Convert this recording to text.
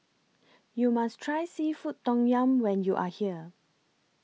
YOU must Try Seafood Tom Yum when YOU Are here